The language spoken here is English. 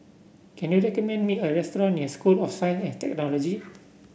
can you recommend me a restaurant near School of Science at Technology